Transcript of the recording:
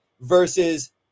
versus